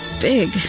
big